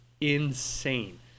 Insane